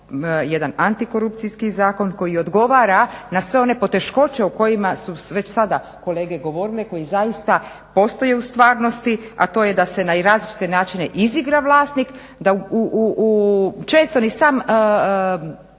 jedan antikorupcijski zakon koji odgovara na sve one poteškoće o kojima su već sada kolege govorile, koji zaista postoje u stvarnosti a to je da se na različite načine izigra vlasnik da često ni sam